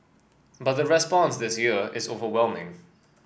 but the response this year is overwhelming